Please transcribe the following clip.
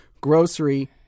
grocery